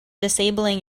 disabling